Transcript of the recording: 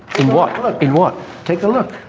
and what in one take a look